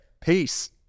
Peace